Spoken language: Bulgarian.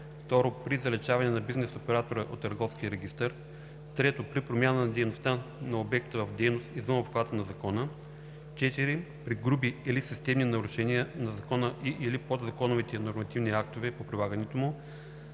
2. при заличаване на бизнес оператора от търговския регистър; 3. при промяна на дейността на обекта в дейност извън обхвата на закона; 4. при груби или системни нарушения на закона и/или подзаконовите нормативни актове по прилагането му;